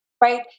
right